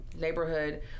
neighborhood